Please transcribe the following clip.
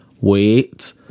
Wait